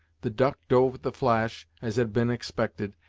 the duck dove at the flash, as had been expected,